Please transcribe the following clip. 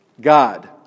God